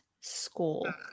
school